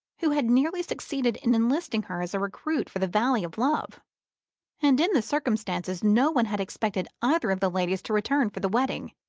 who had nearly succeeded in enlisting her as a recruit for the valley of love and in the circumstances no one had expected either of the ladies to return for the wedding.